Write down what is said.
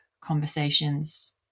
conversations